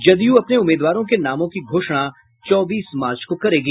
जदयू अपने उम्मीदवारों के नामों की घोषणा चौबीस मार्च को करेगी